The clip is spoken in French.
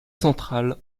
central